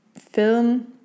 film